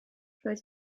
roedd